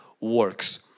works